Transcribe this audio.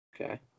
Okay